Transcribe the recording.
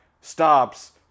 stops